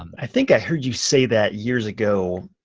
um i think i heard you say that years ago,